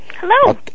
Hello